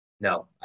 No